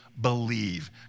believe